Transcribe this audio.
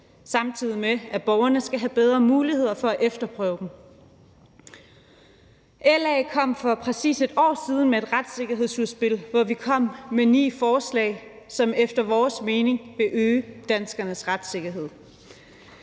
samtidig med at borgerne skal have bedre muligheder for at efterprøve dem. LA kom for præcis 1 år siden med et retssikkerhedsudspil, hvor vi fremlagde ni forslag, som efter vores mening vil øge danskernes retssikkerhed.